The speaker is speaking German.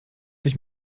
sich